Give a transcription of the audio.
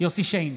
יוסף שיין,